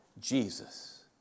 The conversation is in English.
Jesus